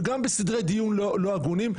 וגם בסדרי דיון לא הגונים.